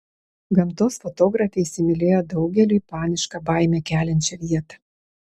gamtos fotografė įsimylėjo daugeliui panišką baimę keliančią vietą